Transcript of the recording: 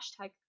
Hashtag